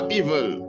evil